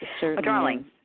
Darling